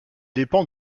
dépend